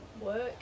work